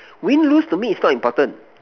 win lose to me is not important